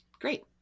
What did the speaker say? great